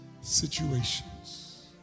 situations